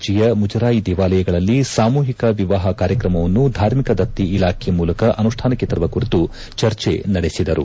ರಾಜ್ಯದ ಎ ದರ್ಜೆಯ ಮುಜರಾಯಿ ದೇವಾಲಯಗಳಲ್ಲಿ ಸಾಮೂಹಿಕ ವಿವಾಹ ಕಾರ್ಯಕ್ರಮವನ್ನು ಧಾರ್ಮಿಕ ದತ್ತಿ ಇಲಾಖೆಯ ಮೂಲಕ ಅನುಷ್ಠಾನಕ್ಕೆ ತರುವ ಕುರಿತು ಚರ್ಚೆ ನಡೆಸಿದರು